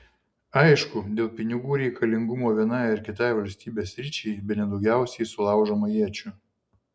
aišku dėl pinigų reikalingumo vienai ar kitai valstybės sričiai bene daugiausiai sulaužoma iečių